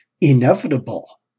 inevitable